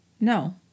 no